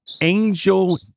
Angel